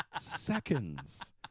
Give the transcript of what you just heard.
Seconds